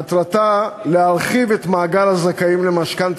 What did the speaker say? מטרתה להרחיב את מעגל הזכאים למשכנתה